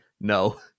No